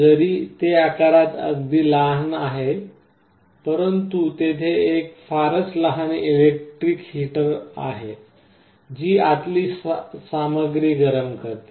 जरी ते आकारात अगदी लहान आहे परंतु तेथे एक फारच लहान इलेक्ट्रिक हीटर आहे जी आतली सामग्री गरम करते